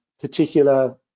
particular